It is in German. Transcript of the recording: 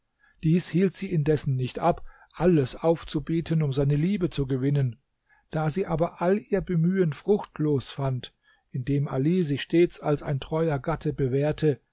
dies hielt sie indessen nicht ab alles aufzubieten um seine liebe zu gewinnen da sie aber all ihr bemühen fruchtlos fand indem ali sich stets als ein treuer gatte bewährte